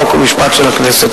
חוק ומשפט של הכנסת.